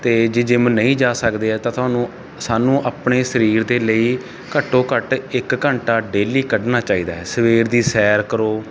ਅਤੇ ਜੇ ਜਿਮ ਨਹੀਂ ਜਾ ਸਕਦੇ ਹੈ ਤਾਂ ਤੁਹਾਨੂੰ ਸਾਨੂੰ ਆਪਣੇ ਸਰੀਰ ਦੇ ਲਈ ਘੱਟੋ ਘੱਟ ਇੱਕ ਘੰਟਾ ਡੇਲੀ ਕੱਢਣਾ ਚਾਹੀਦਾ ਹੈ ਸਵੇਰ ਦੀ ਸੈਰ ਕਰੋ